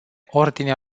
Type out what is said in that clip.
ordinea